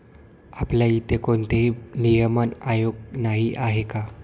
आपल्या इथे कोणतेही नियमन आयोग नाही आहे का?